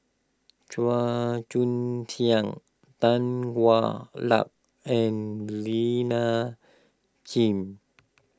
Chua Joon Siang Tan Hwa Luck and Lina gym